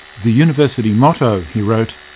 the university motto he wrote,